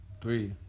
Three